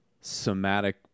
somatic